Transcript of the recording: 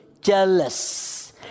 jealous